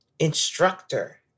instructor